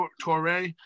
Torre